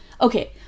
Okay